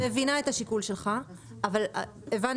אני מבינה את השיקול שלך אבל אנחנו